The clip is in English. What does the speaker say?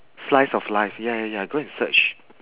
slice of life ya ya ya go and search